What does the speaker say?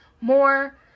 more